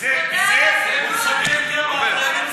תודה על הפרגון.